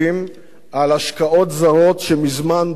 על השקעות זרות שמזמן ברחו מפה.